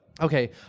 Okay